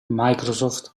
microsoft